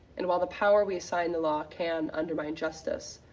and while the power we assign the law can undermine justice,